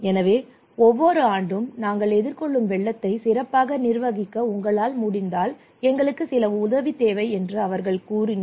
எனவே ஒவ்வொரு ஆண்டும் நாங்கள் எதிர்கொள்ளும் வெள்ளத்தை சிறப்பாக நிர்வகிக்க உங்களால் முடிந்தால் எங்களுக்கு சில உதவி தேவை என்று அவர்கள் என்றும் கூறினார்